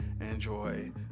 enjoy